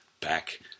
back